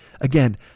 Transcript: again